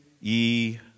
ye